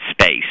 space